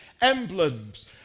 emblems